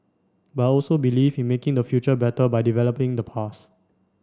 but I also believe in making the future better by developing the past